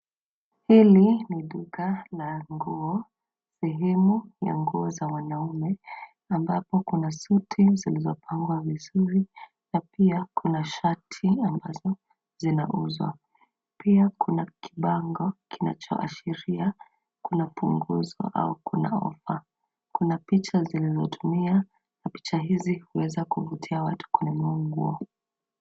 Hili ni duka la nguo, sehemu ya nguo za wanaume ambapo kuna suti zilizo pangwa vizuri na pia kuna shati ambazo zinauzwa. Pia kuna kibango kinacho ashiria kuna punguzo au kuna offer . Kuna picha zilizotumiwa picha hizi huweza kuvutia watu kununua nguo.